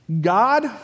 God